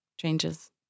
changes